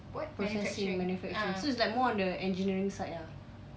processing manufacturing so it's like more on the engineering side ah